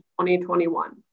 2021